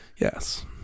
Yes